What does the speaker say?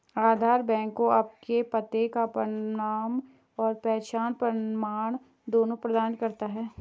आधार bank को आपके पते का प्रमाण और पहचान प्रमाण दोनों प्रदान करता है